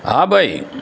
હા ભઇ